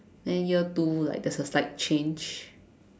then year two like there's a slight change